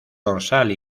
dorsal